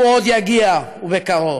הוא עוד יגיע, ובקרוב.